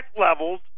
levels